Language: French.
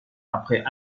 après